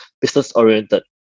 business-oriented